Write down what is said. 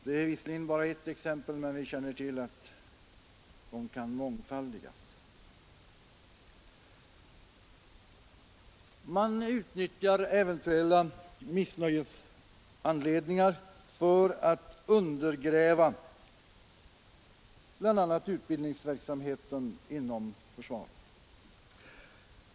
Det är visserligen bara ett exempel, men vi känner till att det kan mångfaldigas Man utnyttjar eventuella missnöjesanledningar för att undergräva bl.a. utbildningsverksamheten inom försvaret.